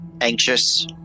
anxious